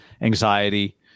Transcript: anxiety